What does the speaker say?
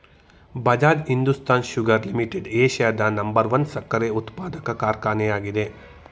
Bajaj Hindustan sugar limited ಏಷ್ಯಾದ number one ಸಕ್ಕರೆ ಉತ್ಪಾದಕ ಕಾರ್ಖಾನೆ ಆಗಿದೆ